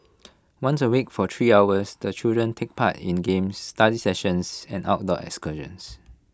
once A week for three hours the children take part in games study sessions and outdoor excursions